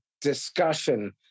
discussion